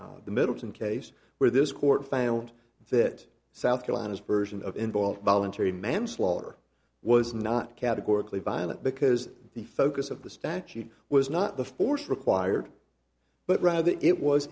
in the middleton case where this court found that south carolina's version of involved voluntary manslaughter was not categorically violent because the focus of the statute was not the force required but rather it was